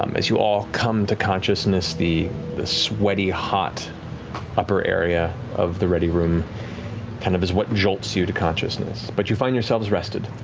um as you all come to consciousness, the the sweaty, hot upper area of the ready room kind of is what jolts you to consciousness. but you find yourselves rested,